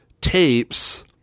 tapes